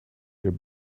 their